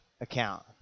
account